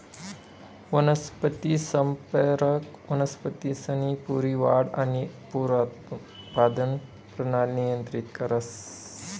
वनस्पती संप्रेरक वनस्पतीसनी पूरी वाढ आणि पुनरुत्पादक परणाली नियंत्रित करस